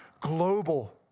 global